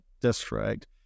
district